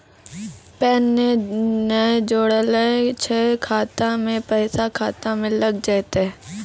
Pan ने जोड़लऽ छै खाता मे पैसा खाता मे लग जयतै?